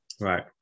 Right